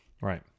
right